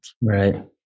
Right